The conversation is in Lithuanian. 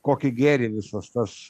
kokį gėrį visas tas